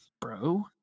bro